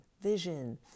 vision